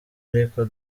ariko